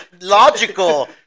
logical